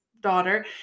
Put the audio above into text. daughter